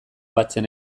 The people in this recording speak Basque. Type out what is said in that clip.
batzen